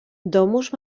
domus